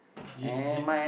did did